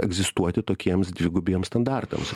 egzistuoti tokiems dvigubiems standartams